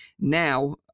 now